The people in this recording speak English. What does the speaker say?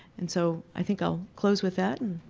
and so i think i'll close with that,